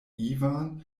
ivan